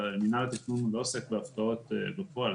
מינהל התכנון לא עוסק בהפקעות בפועל.